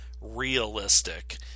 realistic